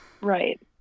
right